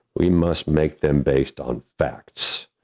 we must make them based on facts,